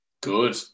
good